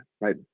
right